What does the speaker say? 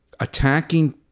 attacking